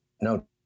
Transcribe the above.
No